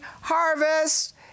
harvest